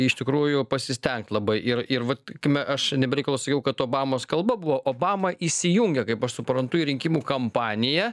iš tikrųjų pasistengt labai ir ir vat sakykime aš ne be reikalo sakiau kad obamos kalba buvo obama įsijungia kaip aš suprantu į rinkimų kampaniją